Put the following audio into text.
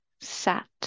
sat